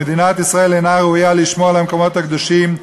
ומדינת ישראל אינה ראויה לשמור על המקומות הקדושים,